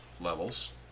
levels